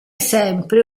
sempre